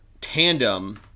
tandem